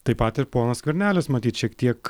taip pat ir ponas skvernelis matyt šiek tiek